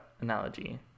analogy